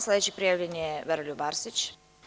Sledeći prijavljeni je Veroljub Arsić.